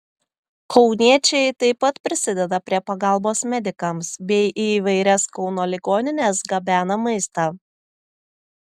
kauniečiai taip pat prisideda prie pagalbos medikams bei į įvairias kauno ligonines gabena maistą